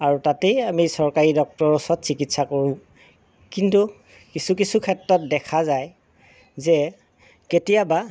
আৰু তাতেই আমি চৰকাৰী ডক্টৰৰ ওচৰত চিকিৎসা কৰোঁ কিন্তু কিছু কিছু ক্ষেত্ৰত দেখা যায় যে কেতিয়াবা